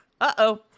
Uh-oh